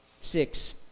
Six